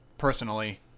personally